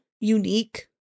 unique